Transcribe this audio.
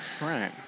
Right